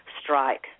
strike